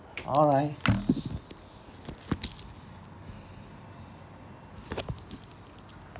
alright